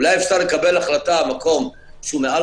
אולי אפשר לקבל החלטה על מקום שהוא מעל